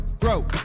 grow